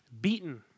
beaten